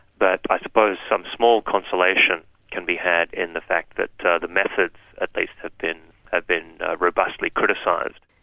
but i suppose some small consolation can be had in the fact that the the methods at least have been have been robustly criticised.